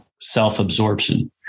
self-absorption